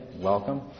Welcome